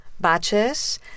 batches